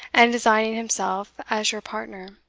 and designing himself as your partner.